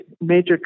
major